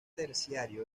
terciario